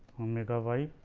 omega y.